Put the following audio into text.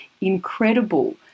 incredible